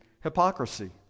Hypocrisy